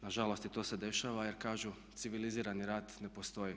Na žalost i to se dešava, jer kažu civilizirani rat ne postoji.